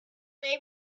may